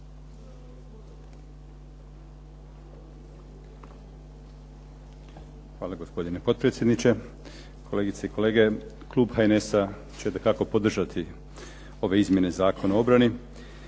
Hvala. Gospodine potpredsjedniče, kolegice i kolege. Klub HNS-a će dakako podržati ove izmjene Zakona o obrani.